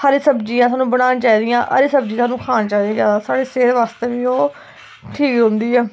हरी सब्जियां सानू बनानियां हरी सब्जी सानू खानी चाहिदा साढ़ी सेह्त बास्तै बी ओह् ठीक रौंह्दी ऐ